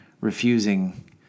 refusing